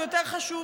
הוא יותר חשוב.